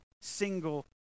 single